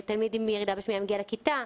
תלמיד עם ירידה בשמיעה מגיע לכיתה,